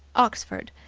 oxford,